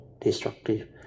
destructive